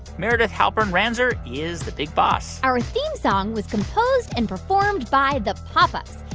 meredith halpern-ranzer is the big boss our theme song was composed and performed by the pop ups.